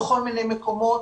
בכל מיני מקומות